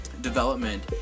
development